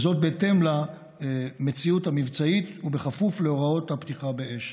וזאת בהתאם למציאות המבצעית ובכפוף להוראות הפתיחה באש.